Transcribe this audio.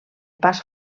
pas